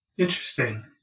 Interesting